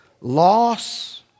loss